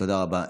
תודה רבה.